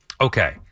Okay